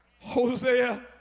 Hosea